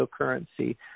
cryptocurrency